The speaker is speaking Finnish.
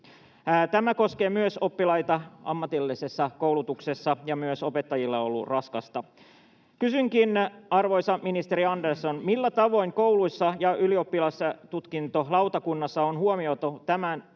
Tämä koskee myös oppilaita ammatillisessa koulutuksessa, ja myös opettajilla on ollut raskasta. Kysynkin, arvoisa ministeri Andersson: millä tavoin kouluissa ja ylioppilastutkintolautakunnassa on huomioitu tämä